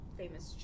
famous